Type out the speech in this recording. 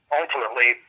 ultimately